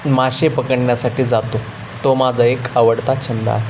मासे पकडण्यासाठी जातो तो माझा एक आवडता छंद आहे